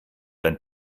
dein